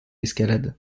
escalade